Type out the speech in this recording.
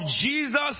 Jesus